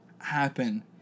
happen